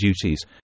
duties